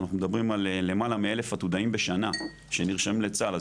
אנחנו מדברים על למעלה מ-1000 עתודאים בשנה שנרשמים לצה"ל,